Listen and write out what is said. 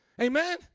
Amen